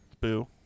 Boo